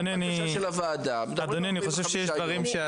יש פה בקשה של הוועדה של 45 יום.